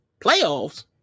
Playoffs